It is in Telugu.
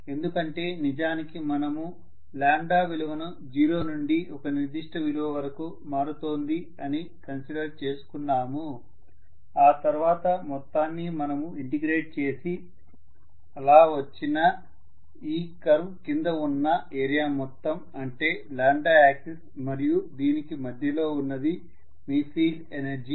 ఎందుకంటే నిజానికి మనము లాంబ్డా విలువను జీరో నుండి ఒక నిర్దిష్ట విలువ వరకు మారుతోంది అని కన్సిడర్ చేసుకున్నాము ఆ తర్వాత మొత్తాన్ని మనము ఇంటిగ్రేట్ చేసి అలా వచ్చిన ఈ కర్వ్ కింద ఉన్న ఏరియా మొత్తంఅంటే లాంబ్డా యాక్సిస్ మరియు దీనికి మధ్యలో ఉన్నది మీ ఫీల్డ్ ఎనర్జీ